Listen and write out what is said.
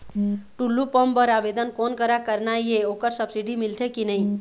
Tullu pump बर आवेदन कोन करा करना ये ओकर सब्सिडी मिलथे की नई?